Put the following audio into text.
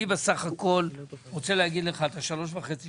אני בסך הכול רוצה להגיד לך, אתה שלוש שנים וחצי